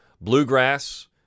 bluegrass